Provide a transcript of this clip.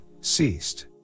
ceased